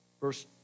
Verse